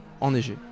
enneigé